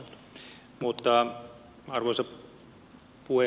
arvoisa puhemies